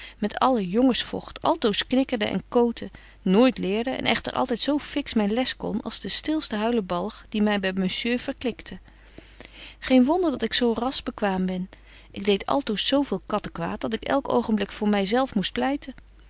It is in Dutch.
met alle jongens vogt altoos knikkerde en kootte nooit leerde en echter altyd zo fiks myn les kon als de stilste huilebalg die my by monsieur verklikte geen wonder dat ik zo rasch bekwaam ben ik deed altoos zo veel kattekwaad dat ik elk oogenblik voor my zelf moest pleiten